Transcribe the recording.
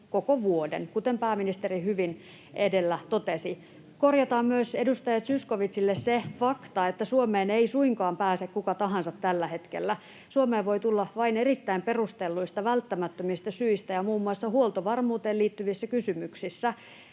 koko vuoden, kuten pääministeri hyvin edellä totesi. Korjataan myös edustaja Zyskowiczille se fakta, että Suomeen ei suinkaan pääse kuka tahansa tällä hetkellä. Suomeen voi tulla vain erittäin perustelluista, välttämättömistä syistä ja muun muassa huoltovarmuuteen liittyvissä kysymyksissä.